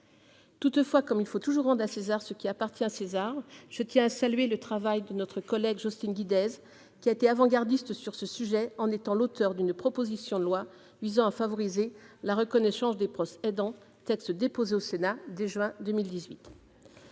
qu'incertain. Comme il faut toujours rendre à César ce qui appartient à César, je tiens à saluer le travail de notre collègue Jocelyne Guidez qui a été avant-gardiste sur ce sujet, en étant l'auteure d'une proposition de loi visant à favoriser la reconnaissance des proches aidants, texte déposé au Sénat dès juin 2018.